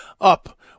up